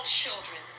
children